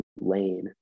lane